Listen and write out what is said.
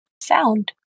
sound